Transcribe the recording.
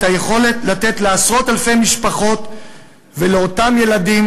יכולת לתת לעשרות אלפי משפחות ולאותם ילדים